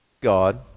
God